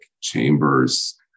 chambers